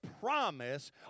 promise